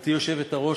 גברתי היושבת-ראש,